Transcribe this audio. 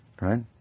right